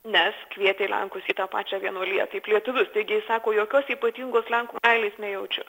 nes kvietė lenkus į tą pačią vienuoliją kaip lietuvius taigi jis sako jokios ypatingos lenkų meilės nejaučiu